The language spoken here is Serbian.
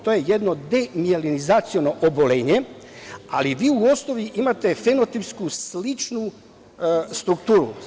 To je jedno demiliozaciono obolenje, ali vi u osnovi imate fenotipsku sličnu strukturu.